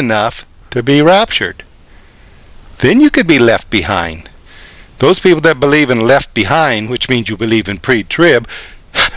enough to be raptured then you could be left behind those people that believe in left behind which means you believe in pretty trip